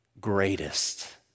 greatest